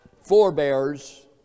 forebears